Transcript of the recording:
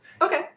okay